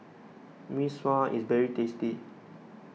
Mee Sua is very tasty